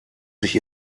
sich